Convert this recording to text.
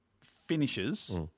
finishes